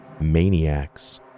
maniacs